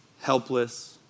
helpless